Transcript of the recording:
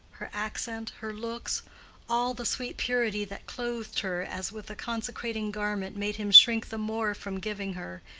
her accent, her looks all the sweet purity that clothed her as with a consecrating garment made him shrink the more from giving her,